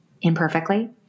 imperfectly